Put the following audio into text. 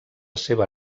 seva